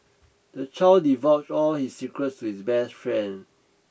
the child divulged all his secrets to his best friend